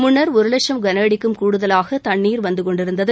முன்னர் ஒரு லட்சம் கனஅடிக்கும் கூடுதலாக தண்ணீர் வந்துகொண்டிருந்தது